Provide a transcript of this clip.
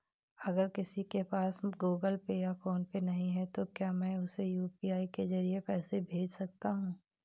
अगर किसी के पास गूगल पे या फोनपे नहीं है तो क्या मैं उसे यू.पी.आई के ज़रिए पैसे भेज सकता हूं?